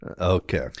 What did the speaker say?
Okay